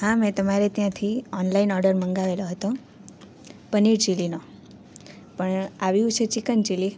હા મેં તમારે ત્યાંથી ઓનલાઈન ઓર્ડર મંગાવેલો હતો પનીર ચીલીનો પણ આવ્યું છે ચિકન ચીલી